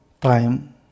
time